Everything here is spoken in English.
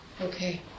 Okay